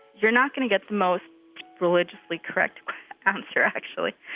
you're not going to get the most religiously correct answer actually.